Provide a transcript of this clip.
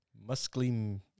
Muscle